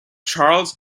charles